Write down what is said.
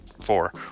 Four